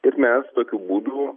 ir mes tokiu būdu